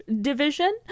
division